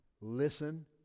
Listen